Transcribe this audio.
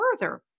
further